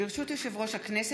ברשות יושב-ראש הכנסת,